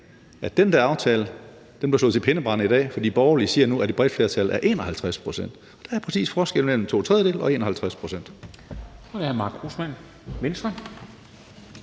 at den vedtagelse blev slået til pindebrænde i dag, for de borgerlige siger nu, at et bredt flertal er 51 pct. – og der er præcis forskel mellem to tredjedele og 51 pct.